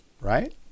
Right